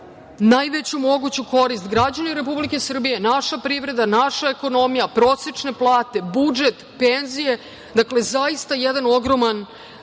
najveću moguću korist građani Republike Srbije, naša privreda, naša ekonomija, prosečne plate, budžet, penzije, dakle zaista jedan ogroman